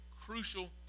crucial